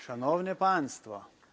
Szanowni Państwo!